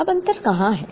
अब अंतर कहां है